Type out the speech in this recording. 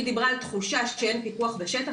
היא דיברה על תחושה שאין פיקוח בשטח.